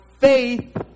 faith